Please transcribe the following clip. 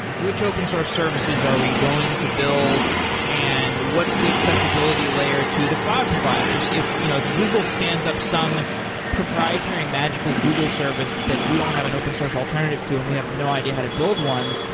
which open-source services are we going to build and what's the accessibility layer to the cloud providers? if you know if google stands up some proprietary magical google service that we don't have an open source alternative to and we have no idea how to build one,